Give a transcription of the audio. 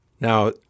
Now